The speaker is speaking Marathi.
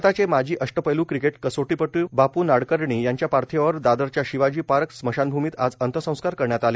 भारताचे माजी अष्टपैलू क्रिकेट कसोटीपटू बापू नाडकर्णी यांच्या पार्थिवावर दादरच्या शिवाजी पार्क श्मशानभूमीत आज अंत्यसंस्कार करण्यात आले